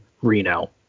Reno